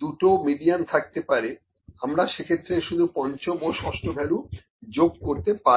2 টো মিডিয়ান থাকতে পারে আমরা সেক্ষেত্রে শুধু পঞ্চম ও ষষ্ঠ ভ্যালু যোগ করতে পারি না